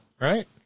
right